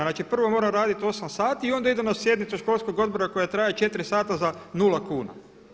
Znači prvo moraju raditi 8 sati i onda idu na sjednicu školskog odbora koja traje 4 sta za nula kuna.